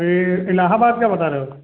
ये इलाहाबाद का बता रहे हो